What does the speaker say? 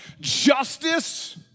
justice